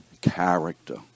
character